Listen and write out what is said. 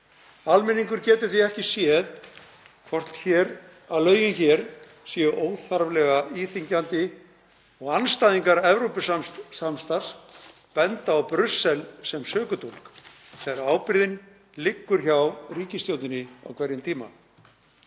Almenningur getur því ekki séð að lögin hér séu óþarflega íþyngjandi og andstæðingar Evrópusamstarfs benda á Brussel sem sökudólg þegar ábyrgðin liggur hjá ríkisstjórninni á hverjum tíma.